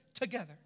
together